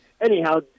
anyhow